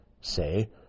say